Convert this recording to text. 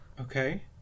Okay